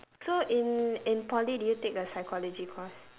so in in poly did you take a psychology course